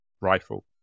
rifle